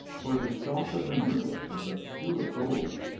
for the stalk of the myrtle was of pure gold,